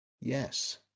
Yes